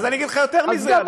אגיד לך יותר מזה.